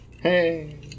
Hey